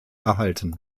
erhalten